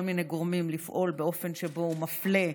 מיני גורמים לפעול באופן שבו הוא מפלה,